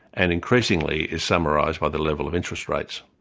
and increasingly is summarised by the level of interest rates.